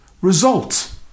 result